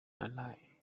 alike